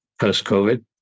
post-COVID